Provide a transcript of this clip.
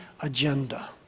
agenda